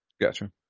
Gotcha